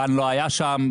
דן לא היה שם,